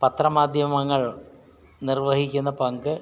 പത്രമാധ്യമങ്ങൾ നിർവ്വഹിക്കുന്ന പങ്ക്